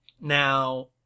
Now